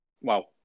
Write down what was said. wow